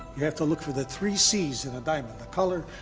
you have to look for the three cs in the diamond the color,